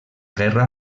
guerra